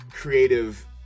creative